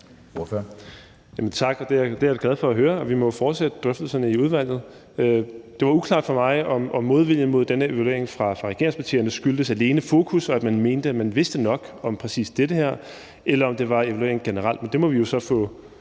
Tak. Det er jeg da glad for at høre, og vi må fortsætte drøftelserne i udvalget. Det var uklart for mig, om modviljen mod denne evaluering fra regeringspartierne alene skyldtes fokus, og at man mente, at man vidste nok om præcis det her, eller om det var evalueringen generelt. Det må vi jo så få